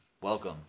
Welcome